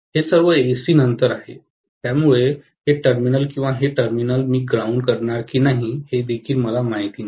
हे सर्व एसी नंतर आहे त्यामुळे हे टर्मिनल किंवा हे टर्मिनल मी ग्राउंड करणार की नाही हे देखील मला माहिती नाही